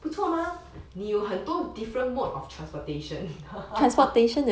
不错嘛你有很多 different mode of transportation